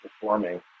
performing